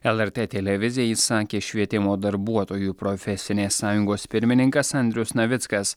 lrt televizijai sakė švietimo darbuotojų profesinės sąjungos pirmininkas andrius navickas